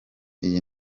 iyi